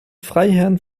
freiherren